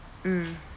mm